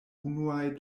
unuaj